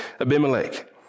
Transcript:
Abimelech